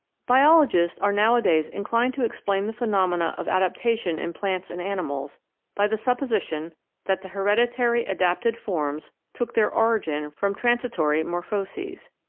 biologists are nowadays inclined to explain the phenomena of adaptation in plants and animals by the supposition that the hereditary adapted forms took their origin from transitory morphoses,